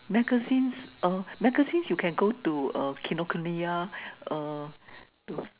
magazines uh magazines you can go to uh Kinokuniya uh to